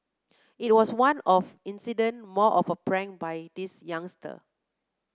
it was one off incident more of a prank by this youngster